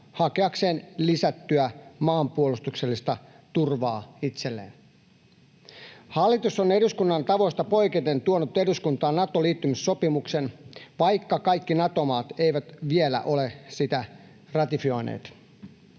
hakeakseen lisättyä maanpuolustuksellista turvaa itselleen. Hallitus on eduskunnan tavoista poiketen tuonut eduskuntaan Nato-liittymissopimuksen, vaikka kaikki Nato-maat eivät vielä ole sitä ratifioineet.